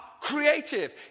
creative